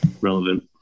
relevant